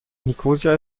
nikosia